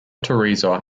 teresa